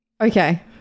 Okay